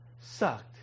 sucked